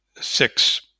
six